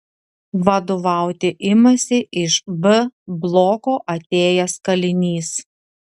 vadovauti imasi iš b bloko atėjęs kalinys